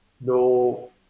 no